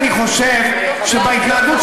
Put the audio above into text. אני חושב שבהתנהגות,